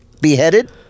beheaded